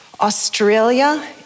Australia